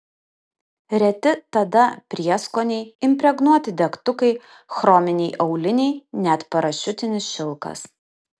reti tada prieskoniai impregnuoti degtukai chrominiai auliniai net parašiutinis šilkas